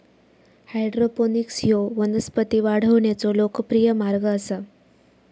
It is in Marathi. हायड्रोपोनिक्स ह्यो वनस्पती वाढवण्याचो लोकप्रिय मार्ग आसा